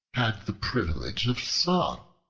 had the privilege of song.